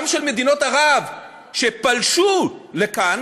גם של מדינות ערב, שפלשו לכאן